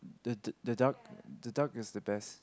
the the the duck the duck is the best